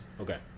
Okay